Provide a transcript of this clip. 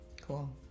Cool